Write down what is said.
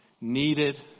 needed